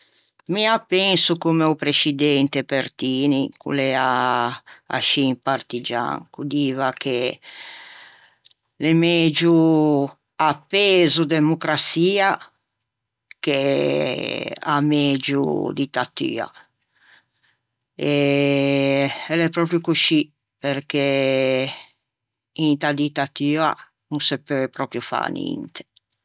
Mi â penso comme o prescidente Pertini ch'o l'ea ascì un partigian ch'o diva che l'é megio a pezo democraçia che a megio dittatua e l'é pròpio coscì perché inta dittatua no se peu pròpio fâ ninte.